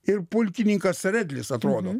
ir pulkininkas redlis atrodo